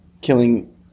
killing